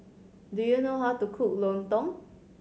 do you know how to cook lontong